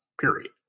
period